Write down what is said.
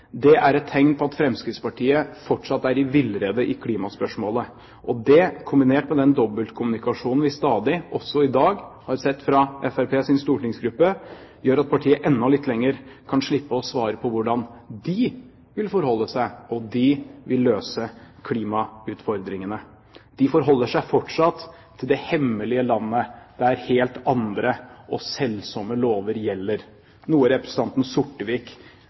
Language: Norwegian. er et tegn på at Fremskrittspartiet fortsatt er i villrede i klimaspørsmålet. Og det – kombinert med den dobbeltkommunikasjonen vi stadig, også i dag, har sett fra Fremskrittspartiets stortingsgruppe – gjør at partiet enda litt lenger kan slippe å svare på hvordan de vil forholde seg, og hvordan de vil løse klimautfordringene. De forholder seg fortsatt til det hemmelige landet, der helt andre og selsomme lover gjelder, noe representanten